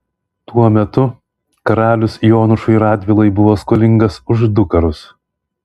tuo metu karalius jonušui radvilai buvo skolingas už du karus